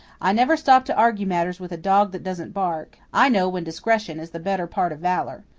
i never stop to argue matters with a dog that doesn't bark. i know when discretion is the better part of valour.